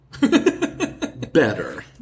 Better